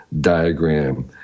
diagram